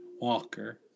Walker